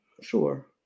sure